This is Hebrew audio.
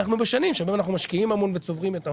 אנחנו בשנים שבהן אנחנו משקיעים המון וצוברים את ההון.